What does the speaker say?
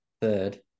third